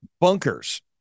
bunkers